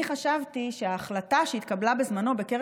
אני חשבתי שההחלטה שהתקבלה בזמנו בקרן